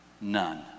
none